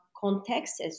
contexts